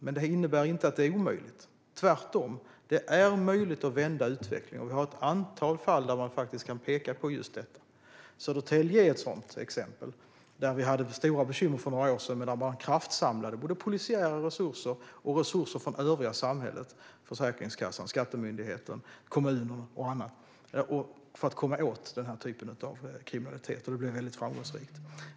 Men det innebär inte att det är omöjligt, tvärtom. Det är möjligt att vända utvecklingen, och vi har ett antal fall där man faktiskt kan peka på just detta. Södertälje är ett sådant exempel. Där hade vi stora bekymmer för några år sedan, och där kraftsamlade både polisiära resurser och resurser från övriga samhället, till exempel Försäkringskassan, Skattemyndigheten, kommunen och andra, för att komma åt den här typen av kriminalitet, något som blev väldigt framgångsrikt.